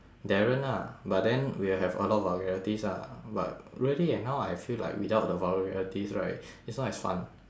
darren ah but then we will have a lot of vulgarities ah but really eh now I feel like without the vulgarities right it's not as fun